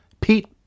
pete